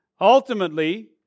Ultimately